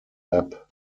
lap